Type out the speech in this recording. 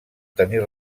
tenir